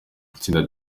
itsinda